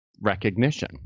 recognition